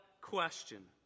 question